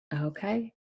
Okay